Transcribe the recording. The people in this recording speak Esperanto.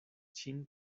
ŝin